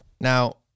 Now